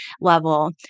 level